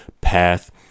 path